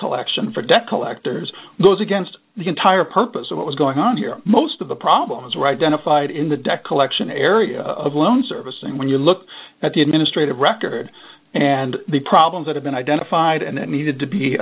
collection for debt collectors goes against the entire purpose of what was going on here most of the problems right down a side in the deck alexion area of loan servicing when you look at the administrative record and the problems that have been identified and that needed to be